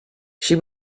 she